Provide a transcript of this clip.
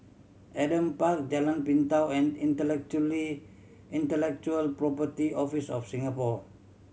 Adam Park Jalan Pintau and Intellectually Intellectual Property Office of Singapore